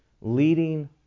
Leading